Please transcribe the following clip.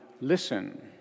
listen